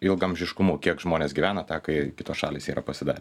ilgaamžiškumu kiek žmonės gyvena tą ką kitos šalys yra pasidarę